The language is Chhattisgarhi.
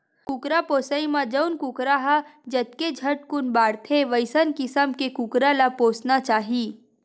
कुकरा पोसइ म जउन कुकरा ह जतके झटकुन बाड़थे वइसन किसम के कुकरा ल पोसना चाही